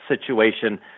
situation